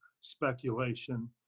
speculation